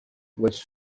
was